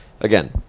again